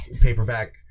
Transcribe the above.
paperback